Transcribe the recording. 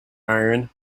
iron